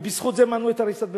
ובזכות זה מנעו את הריסת בית-הכנסת.